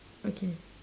okay